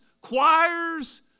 choirs